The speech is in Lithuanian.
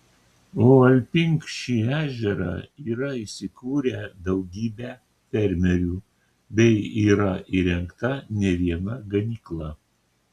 o alpink šį ežerą yra įsikūrę daugybę fermerių bei yra įrengta ne viena ganykla